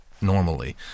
normally